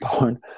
born